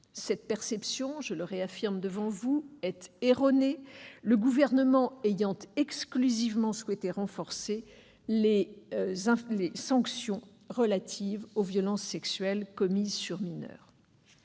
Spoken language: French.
cette perception est erronée, le Gouvernement ayant exclusivement souhaité renforcer les sanctions relatives aux violences sexuelles commises sur les mineurs.